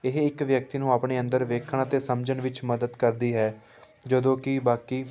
ਇਹ ਇੱਕ ਵਿਅਕਤੀ ਨੂੰ ਆਪਣੇ ਅੰਦਰ ਵੇਖਣ ਅਤੇ ਸਮਝਣ ਵਿੱਚ ਮਦਦ ਕਰਦੀ ਹੈ ਜਦੋਂ ਕਿ ਬਾਕੀ